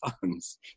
funds